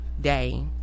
day